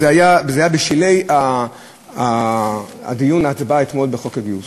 זה היה בשולי הדיון, ההצבעה אתמול בחוק הגיוס.